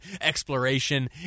exploration